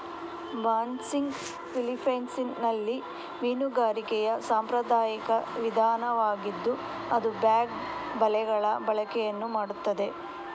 ಬಾಸ್ನಿಗ್ ಫಿಲಿಪೈನ್ಸಿನಲ್ಲಿ ಮೀನುಗಾರಿಕೆಯ ಸಾಂಪ್ರದಾಯಿಕ ವಿಧಾನವಾಗಿದ್ದು ಅದು ಬ್ಯಾಗ್ ಬಲೆಗಳ ಬಳಕೆಯನ್ನು ಮಾಡುತ್ತದೆ